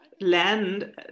land